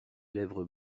lèvres